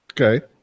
Okay